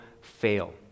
fail